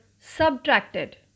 subtracted